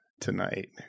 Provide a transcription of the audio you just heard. tonight